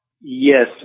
Yes